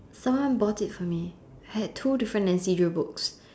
someone bought it for me I had two different Nancy-Drew books